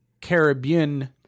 Caribbean